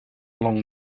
along